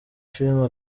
filime